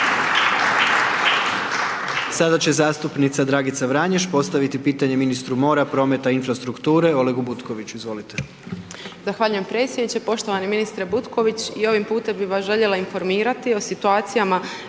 Sada će zastupnica Dragica Vranješ postaviti pitanje ministru mora, prometa i infrastrukture Olegu Butkoviću, izvolite. **Vranješ, Dragica (HDZ)** Zahvaljujem predsjedniče, poštovani ministre Butković i ovim putem bih vas željela informirati o situacijama